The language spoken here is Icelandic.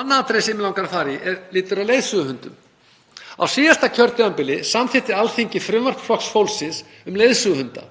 Annað atriði sem mig langar að fara í lýtur að leiðsöguhundum. Á síðasta kjörtímabili samþykkti Alþingi frumvarp Flokks fólksins um leiðsöguhunda.